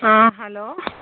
ആ ഹലോ